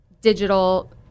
digital